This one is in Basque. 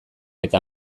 eta